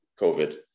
COVID